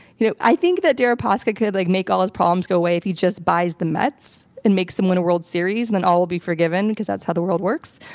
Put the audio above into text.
you know, i think that deripaska could like make all his problems go away if he just buys the mets and makes them win a world series, and then all be forgiven because that's how the world works.